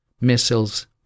missiles